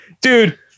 Dude